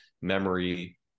memory